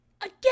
Again